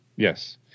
Yes